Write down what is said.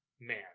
man